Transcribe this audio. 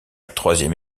troisième